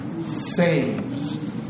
saves